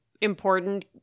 important